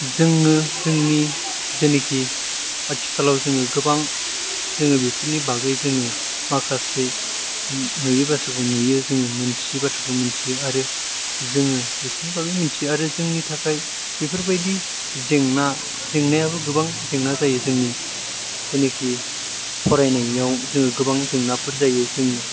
जोङो जोंनि जेनाखि आथिखालाव जों गोबां जोङो बेफोरनि बागै जोङो माखासे नुयै बाथ्राखौ नुयो जोङो मिनथियै बाथ्राखौ मिनथियो आरो जोङो बेफोरनि बागै मिनथियो आरो जोंनि थाखाय बेफोर बायदि जेंना जेंनायाबो गोबां जायो जोंनि जेनाखि जोंनि फरायनायाव जोङो गोबां जेंनाफोर जायो